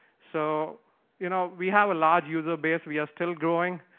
so you know we have a large user base. we are still growing.